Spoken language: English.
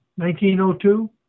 1902